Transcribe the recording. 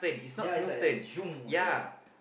ya is like is zoom like that